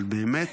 באמת,